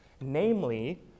namely